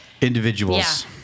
individuals